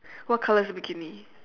what color is the bikini